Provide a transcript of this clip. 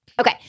Okay